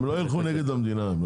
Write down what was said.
הם לא יילכו נגד המדינה.